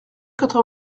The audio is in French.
quatre